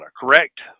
Correct